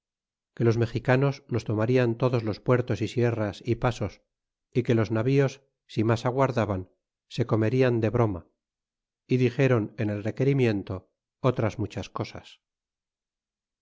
que los mexicanos nos tomarian todos los puertos y sierras y pasos é que los navíos si mas aguardaban se comerian de broma y dixeron en el requerimiento otras muchas cosas